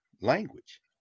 language